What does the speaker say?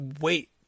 wait